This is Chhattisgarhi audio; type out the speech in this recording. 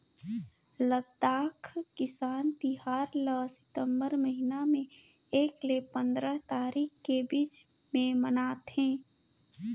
लद्दाख किसान तिहार ल सितंबर महिना में एक ले पंदरा तारीख के बीच में मनाथे